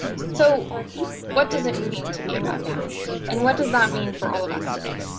so what does it mean to be a biochemist? and what does that mean for all of us today?